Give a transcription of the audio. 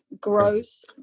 gross